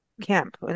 camp